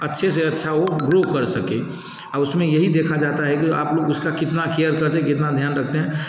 अच्छे से अच्छा वो ग्रो कर सके उसमें यही देखा जाता है कि आप लोग उसका कितना केयर करते है कितना ध्यान रखते हैं